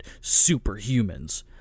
superhumans